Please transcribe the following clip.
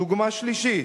דוגמה שלישית: